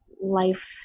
life